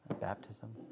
Baptism